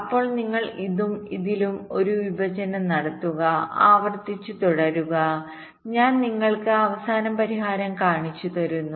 അപ്പോൾ നിങ്ങൾ ഇതും ഇതിലും ഒരു വിഭജനം നടത്തുക ആവർത്തിച്ച് തുടരുക ഞാൻ നിങ്ങൾക്ക് അവസാന പരിഹാരം കാണിച്ചുതരുന്നു